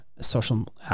social